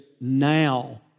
now